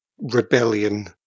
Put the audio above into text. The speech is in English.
rebellion